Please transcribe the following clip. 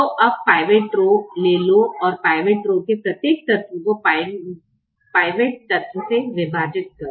तो अब pivot row ले लो और पिवट रो के प्रत्येक तत्व को पिवट तत्व से विभाजित करें